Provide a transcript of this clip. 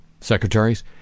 secretaries